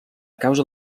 causa